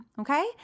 okay